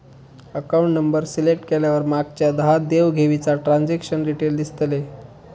account number select केल्यावर मागच्या दहा देव घेवीचा ट्रांजॅक्शन डिटेल दिसतले